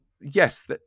yes